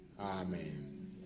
Amen